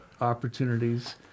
opportunities